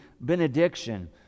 benediction